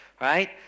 right